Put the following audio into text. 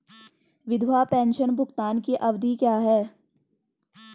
विधवा पेंशन भुगतान की अवधि क्या है?